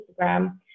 Instagram